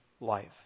life